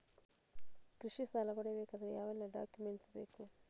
ಕೃಷಿ ಸಾಲ ಪಡೆಯಬೇಕಾದರೆ ಯಾವೆಲ್ಲ ಡಾಕ್ಯುಮೆಂಟ್ ಬೇಕು?